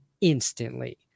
instantly